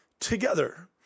together